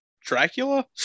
Dracula